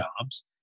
jobs